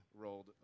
rolled